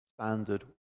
standard